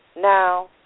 Now